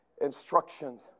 instructions